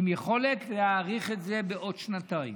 עם יכולת להאריך את זה בשנתיים.